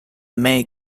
may